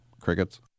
crickets